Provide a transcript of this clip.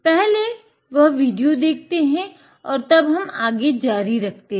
पहले वह विडियो देखते हैं और तब हम आगे जारी रखते हैं